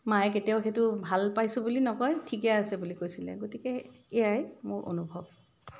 মায়ে কেতিয়াও সেইটো ভাল পাইছোঁ বুলি নকয় ঠিকে আছে বুলি কৈছিলে গতিকে এইয়াই মোৰ অনুভৱ